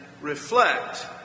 reflect